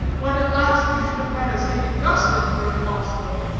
when at last you should have had a st. augustine for an ostler.